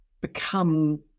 become